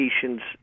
patient's